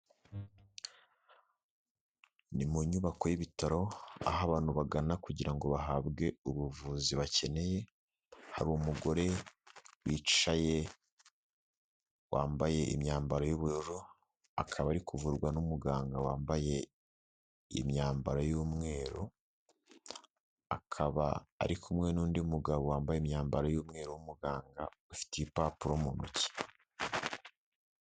Ni mu nyubako y'ibitaro aho abantu bagana kugira ngo bahabwe ubuvuzi bakeneye, hari umugore wicaye wambaye imyambaro y'ubururu akaba ari kuvurwa n'umuganga wambaye imyambaro y'umweru, akaba ari kumwe n'undi mugabo wambaye imyambaro y'umweru w'umuganga, ufite ibipapuro mu ntoki.